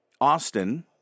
Austin